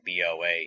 BOA